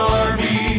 army